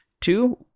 Two